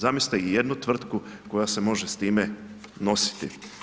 Zamislite i jednu tvrtku koja se može s time nositi.